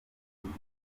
byiza